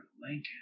Lincoln